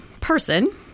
person